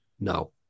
No